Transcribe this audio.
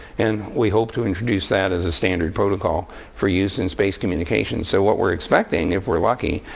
and we hope to introduce that as a standard protocol for use in space communication. so what we're expecting, if we're lucky,